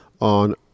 on